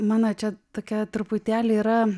mano čia tokia truputėlį yra